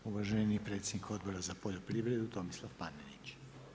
Uvaženi predsjednik Odbora za poljoprivredu Tomislav Panenić.